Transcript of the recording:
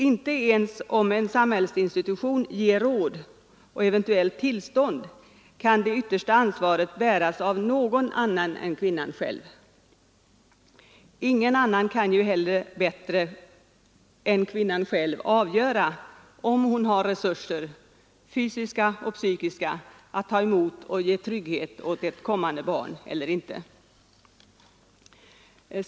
Inte ens om en samhällsinstitution ger råd och eventuellt tillstånd kan det yttersta ansvaret bäras av någon annan än kvinnan själv. Ingen annan kan ju heller bättre än kvinnan själv avgöra om hon har resurser — fysiska och psykiska — att ta emot och ge trygghet åt ett kommande barn eller ej.